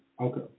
Okay